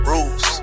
Rules